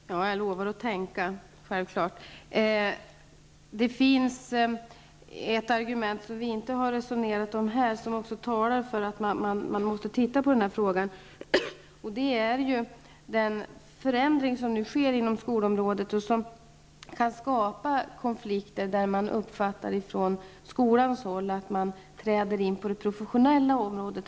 Herr talman! Jag lovar att tänka på det -- självfallet. Det finns ett argument som vi inte har resonerat om här och som också talar för att man måste titta närmare på den här saken, och det är den förändring som nu sker på skolområdet och som kan skapa konflikter därför att man från skolans håll kan uppfatta att andra träder in på det professionella området.